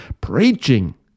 preaching